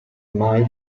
mai